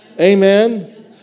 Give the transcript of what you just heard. Amen